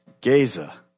Gaza